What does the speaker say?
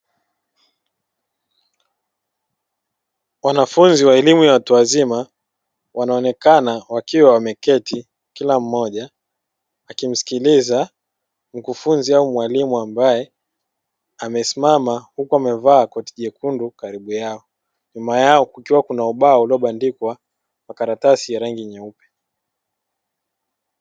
Wanafunzi wa elimu ya watu wazima wanaonekana wakiwa wameketi kila mmoja akimsikiliza mkufunzi au mwalimu ambae amesimama huku amevaa koti jekundu karibu yao. Nyuma yao kukiwa kuna ubao uliobandikwa kwa karatasi ya rangi nyeupe.